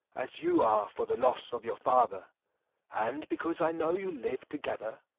as you are for the loss of your father and because i know you live together,